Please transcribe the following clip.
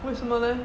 为什么 leh